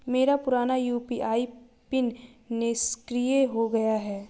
मेरा पुराना UPI PIN निष्क्रिय हो गया है